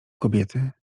kobiety